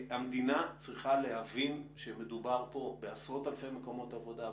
המדינה צריכה להבין שמדובר פה בעשרות-אלפי מקומות עבודה,